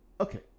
Okay